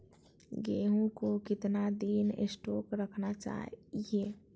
गेंहू को कितना दिन स्टोक रखना चाइए?